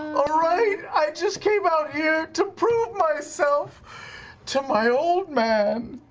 all right? i just came out here to prove myself to my old man.